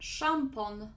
Szampon